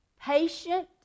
patient